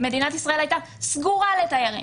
מדינת ישראל הייתה סגורה לתיירים,